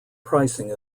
pricing